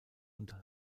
und